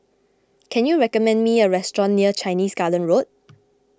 can you recommend me a restaurant near Chinese Garden Road